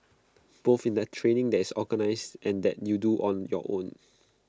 both in the training that is organised and that you do on your own